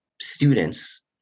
students